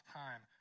time